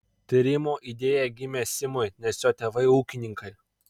tyrimo idėja gimė simui nes jo tėvai ūkininkai